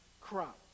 crop